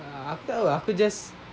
aku tak tahu ah aku just